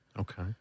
Okay